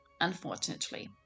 unfortunately